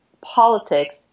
politics